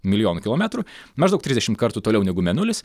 milijonų kilometrų maždaug trisdešimt kartų toliau negu mėnulis